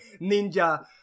ninja